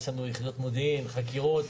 יש לנו יחידות מודיעין, חקירות,